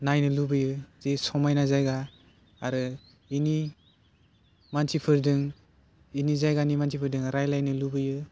नायनो लुगैयो जे समायना जायगा आरो बिनि मानसिफोरदों इनि जायगानि मानसिफोरदों रायलायनो लुगैयो